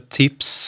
tips